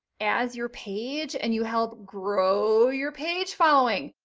as your page and you help grow your page following.